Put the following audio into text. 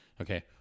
Okay